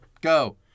Go